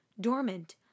dormant